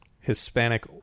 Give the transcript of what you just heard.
Hispanic